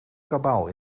kabaal